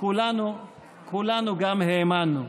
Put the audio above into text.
כולנו גם האמנו.